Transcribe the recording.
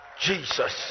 Jesus